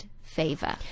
favor